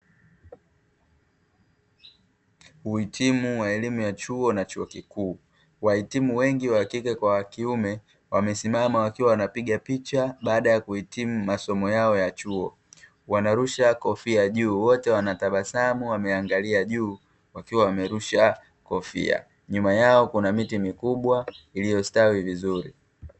Uhitimu wa elimu ya chuo na chuo kikuu. Wahitimu wengi wa kike kwa wa kiume wamesimama wakiwa wanapiga picha baada ya kuhitimu masomo yao ya chuo. Wanarusha kofia juu, wote wanatabasamu wameangalia juu, wakiwa wamerusha kofia. Nyuma yao kuna miti mikubwa iliyostawi vizuri.